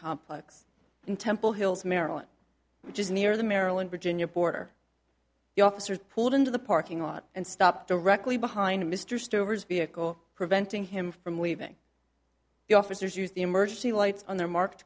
complex in temple hills maryland which is near the maryland virginia border the officer pulled into the parking lot and stopped directly behind mr stover's vehicle preventing him from leaving the officers use the emergency lights on their marked